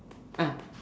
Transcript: ah